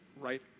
right